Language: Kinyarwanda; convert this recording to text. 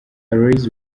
aloys